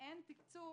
שאין תקצוב